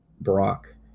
Brock